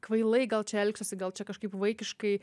kvailai gal čia elgsiuosi gal čia kažkaip vaikiškai